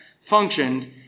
functioned